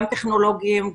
גם טכנולוגיים,